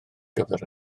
gyfer